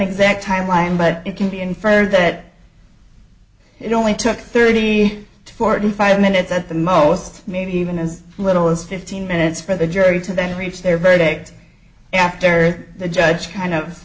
exact timeline but it can be inferred that it only took thirty to forty five minutes at the most maybe even as little as fifteen minutes for the jury to then reach their verdict after the judge kind of